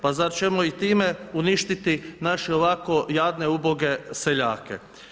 Pa zar ćemo i time uništiti naše ovako jadne i uboge seljake?